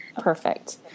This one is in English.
perfect